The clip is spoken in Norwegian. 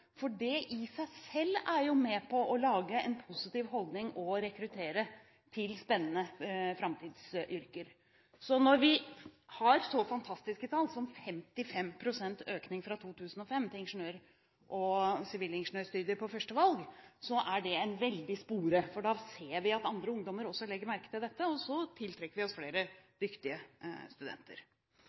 for det i seg selv er med på å skape en positiv holdning og rekruttere til spennende framtidsyrker. Når vi har så fantastiske tall som 55 pst. økning i søkere med ingeniør- og sivilingeniørstudier på førstevalg fra 2005, er det en veldig spore, for vi ser at andre ungdommer også legger merke til dette, og så tiltrekker vi oss flere dyktige studenter.